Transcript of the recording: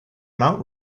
mount